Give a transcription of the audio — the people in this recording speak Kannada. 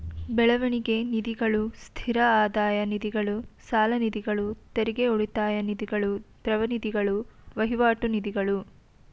ಬೆಳವಣಿಗೆ ನಿಧಿಗಳು, ಸ್ಥಿರ ಆದಾಯ ನಿಧಿಗಳು, ಸಾಲನಿಧಿಗಳು, ತೆರಿಗೆ ಉಳಿತಾಯ ನಿಧಿಗಳು, ದ್ರವ ನಿಧಿಗಳು, ವಹಿವಾಟು ನಿಧಿಗಳು